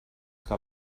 que